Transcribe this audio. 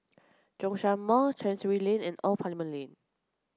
Zhongshan Mall Chancery Lane and Old Parliament Lane